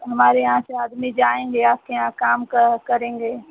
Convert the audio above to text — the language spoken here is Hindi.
हमारे यहाँ से आदमी जाएँगे आपके यहाँ काम कर करेंगे